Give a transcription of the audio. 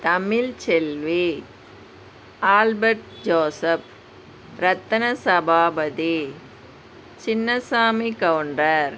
Tamil Selvi Albert Joseph Rathna Sabapathi Chinnasamy counter